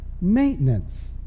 maintenance